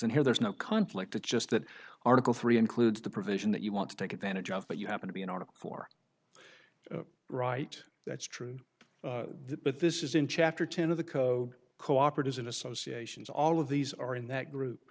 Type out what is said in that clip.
and here there's no conflict it's just that article three includes the provision that you want to take advantage of but you happen to be an article or right that's true but this is in chapter ten of the code cooperatives in associations all of these are in that group